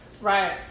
Right